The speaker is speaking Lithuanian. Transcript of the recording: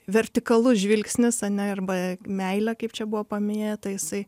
vertikalus žvilgsnis ane arba meilė kaip čia buvo paminėta jisai